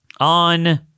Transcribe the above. On